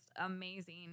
amazing